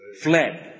fled